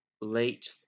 late